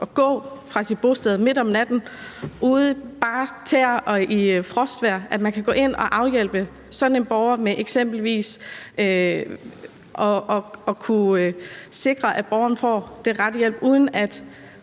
at gå fra sit bosted midt om natten i bare tæer i frostvejr. Man kan gå ind og hjælpe sådan en borger ved eksempelvis at sikre, at borgeren får den rette hjælp, uden at